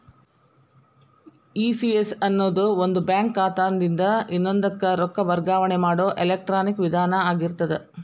ECS ಅನ್ನೊದು ಒಂದ bank ಖಾತಾದಿನ್ದ ಇನ್ನೊಂದಕ್ಕ ರೊಕ್ಕ ವರ್ಗಾವಣೆ ಮಾಡೊ ಎಲೆಕ್ಟ್ರಾನಿಕ್ ವಿಧಾನ ಆಗಿರ್ತದ